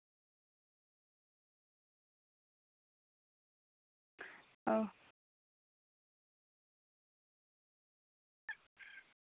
ᱚᱸᱻ